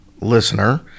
listener